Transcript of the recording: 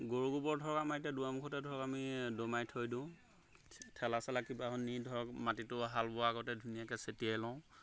গৰু গোবৰ ধৰক আমাৰ এতিয়া দোৱাৰ মুখতে ধৰক আমি দমাই থৈ দিওঁ থেলা চেলা কিবা নি ধৰক মাটিটো হাল বোৱা আগতে ধুনীয়াকৈ চেটিয়াই